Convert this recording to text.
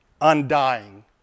undying